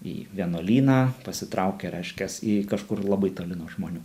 į vienuolyną pasitraukia reiškias į kažkur labai toli nuo žmonių